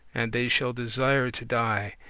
and they shall desire to die,